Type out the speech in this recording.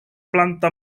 planta